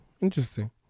interesting